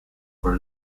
for